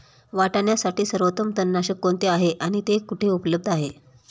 वाटाण्यासाठी सर्वोत्तम तणनाशक कोणते आहे आणि ते कुठे उपलब्ध आहे?